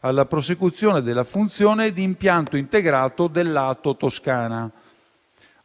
alla prosecuzione della funzione di impianto integrato dell'ambito territoriale ottimale (ATO) Toscana,